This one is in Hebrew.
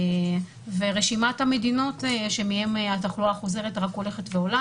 רשימת המדינות שמהן התחלואה חוזרת רק הולכת ועולה.